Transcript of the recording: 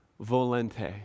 volente